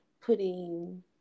putting